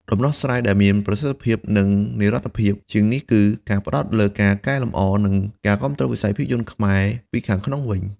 ដំណោះស្រាយដែលមានប្រសិទ្ធភាព និងនិរន្តរភាពជាងនេះគឺ ការផ្តោតលើការកែលម្អ និងការគាំទ្រវិស័យភាពយន្តខ្មែរ ពីខាងក្នុងវិញ។